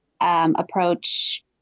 approach